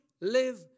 live